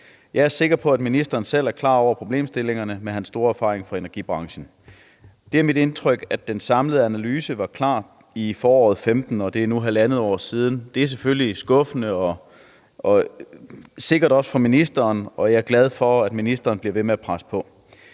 Jeg er sikker på, at ministeren med sin store erfaring fra energibranchen selv er klar over problemstillingerne. Det er mit indtryk, at den samlede analyse skulle have været klar i foråret 2015, og det er nu 1½ år siden. Det er selvfølgelig skuffende, sikkert også for ministeren, og jeg er glad for, at ministeren bliver ved med at presse på.